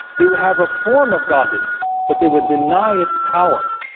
they would have a form of godliness, but they would deny its power